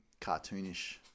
cartoonish